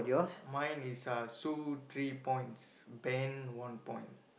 mine is uh Sue three points Ben one point